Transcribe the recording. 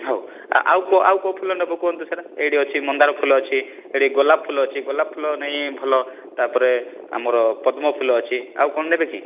ହଉ ଆଉ କୋ ଆଉ କେଉଁ ଫୁଲ ନବ କୁହନ୍ତୁ ସାର୍ ଏଇଟି ଅଛି ମନ୍ଦାର ଫୁଲ ଅଛି ସେଇଟି ଗୋଲାପ ଫୁଲ ଅଛି ଆଉ ଗୋଲାପ ଫୁଲ ନେଇଁ ଭଲ ତା'ପରେ ଆମର ପଦ୍ମଫୁଲ ଅଛି ଆଉ କ'ଣ ନେବେ କି